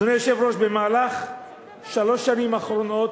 אדוני היושב-ראש, במהלך שלוש השנים האחרונות,